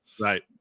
Right